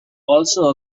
also